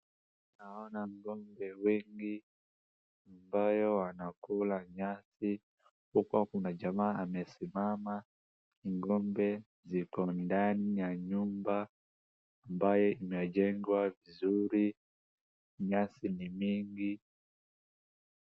Naona ng'ombe wengi ambayo wanakula nyasi. Huko kuna jamaa amesimama. Ni ng'ombe ziko ndani ya nyumba ambaye imejengwa vizuri nyasi ni mingi.